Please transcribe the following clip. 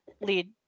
lead